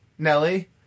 Nelly